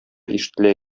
ишетелә